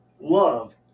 love